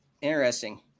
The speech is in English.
Interesting